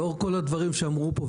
לאור כל הדברים שאמרו פה,